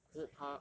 可是他